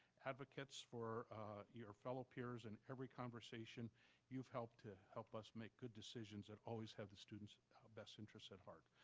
advocates for your fellow peers and every conversation you've helped to help us make good decision that always have the students' best interest at heart.